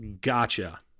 Gotcha